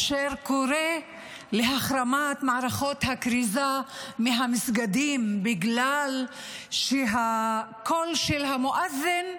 אשר קורא להחרמת מערכות הכריזה מהמסגדים בגלל שהקול של המואזין מרעיש.